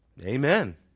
Amen